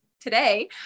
today